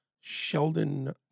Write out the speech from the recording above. Sheldon